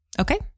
Okay